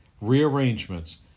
rearrangements